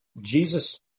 Jesus